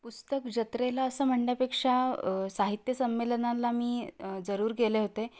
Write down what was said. पुस्तक जत्रेला असं म्हणण्यापेक्षा साहित्य संमेलनांना मी जरूर गेले होते